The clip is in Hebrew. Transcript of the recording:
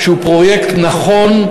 שהוא פרויקט נכון,